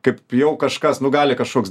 kaip jau kažkas nu gali kažkoks